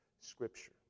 scripture